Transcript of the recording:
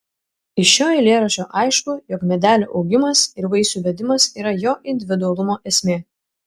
iš šio eilėraščio aišku jog medelio augimas ir vaisių vedimas yra jo individualumo esmė